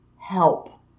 help